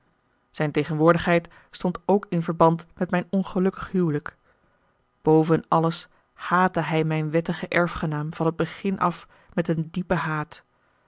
zijn tegenwoordigheid stond ook in verband met mijn ongelukkig huwelijk boven alles haatte hij mijn wettigen erfgenaam van het begin af met een diepen haat